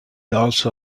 also